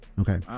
Okay